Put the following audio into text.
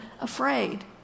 afraid